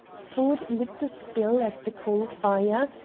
ford lit the spill at the coal fire,